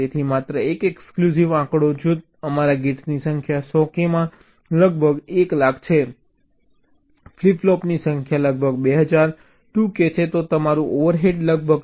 તેથી માત્ર એક એક્ચુઅલ આંકડો જો તમારા ગેટ્સની સંખ્યા 100 k માં લગભગ એક લાખ છે ફ્લિપ ફ્લોપની સંખ્યા લગભગ 2000 2 k છે તો તમારું ઓવરહેડ લગભગ 6